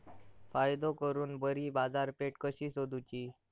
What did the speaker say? फायदो करून बरी बाजारपेठ कशी सोदुची?